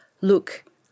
look